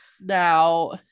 Now